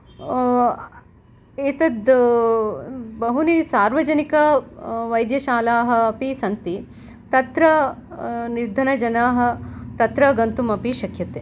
एतद् बहुनि सार्वजनिकवैद्यशालाः अपि सन्ति तत्र निर्धनजनाः तत्र गन्तुमपि शक्यते